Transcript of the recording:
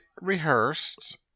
rehearsed